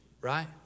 right